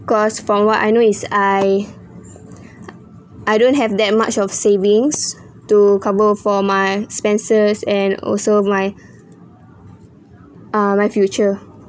cause from what I know is I I don't have that much of savings to cover for my expenses and also my ah my future